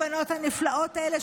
בלי הבנות הנפלאות האלה,